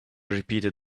repeated